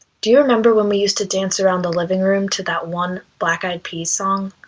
do you remember when we used to dance around the living room to that one black eyed peas song?